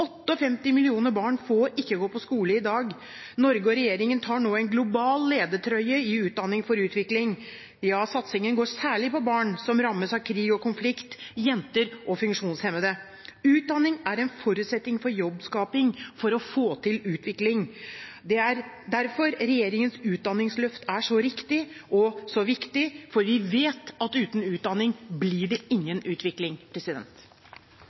millioner barn får ikke gå på skole i dag. Norge og regjeringen tar nå en global ledertrøye i utdanning for utvikling. Satsingen er særlig på barn som rammes av krig og konflikt, jenter og funksjonshemmede. Utdanning er en forutsetning for jobbskaping og for å få til utvikling. Det er derfor regjeringens utdanningsløft er så riktig – og så viktig, for vi vet at uten utdanning blir det ingen utvikling.